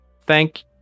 thank